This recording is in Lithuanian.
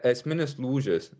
esminis lūžis